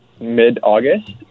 mid-August